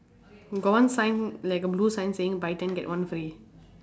got one sign like a blue sign saying buy ten get one free